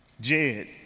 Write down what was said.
Jed